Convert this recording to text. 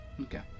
Okay